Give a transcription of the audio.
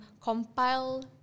compile